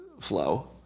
flow